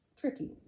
tricky